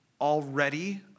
already